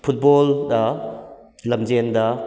ꯐꯨꯠꯕꯣꯜꯗ ꯂꯝꯖꯦꯟꯗ